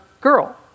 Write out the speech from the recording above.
girl